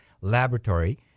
Laboratory